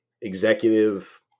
executive